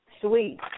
sweet